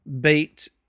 beat